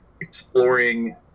exploring